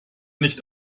nicht